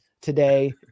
today